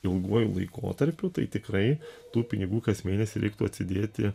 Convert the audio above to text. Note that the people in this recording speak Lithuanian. ilguoju laikotarpiu tai tikrai tų pinigų kas mėnesį reiktų atsidėti